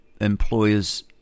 employers